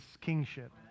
kingship